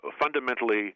fundamentally